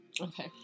okay